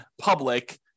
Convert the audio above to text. public